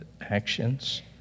actions